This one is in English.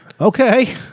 Okay